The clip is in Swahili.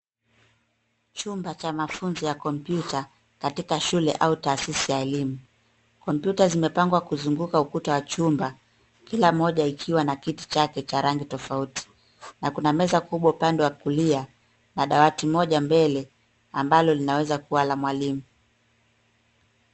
Chumba cha mafunzo ya kompyuta katika shule au taasisi ya elimu. Kompyuta zimepangwa kuzunguka ukuta wa chumba kila moja ikiwa na kiti chake cha rangi tofauti na kuna meza kubwa upande wa kulia na dawati moja mbele ambalo linaweza kuwa la mwalimu.